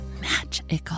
magical